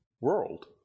world